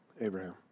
Abraham